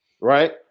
Right